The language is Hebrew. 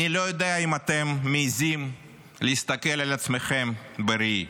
אני לא יודע אם אתם מעיזים להסתכל על עצמכם בראי,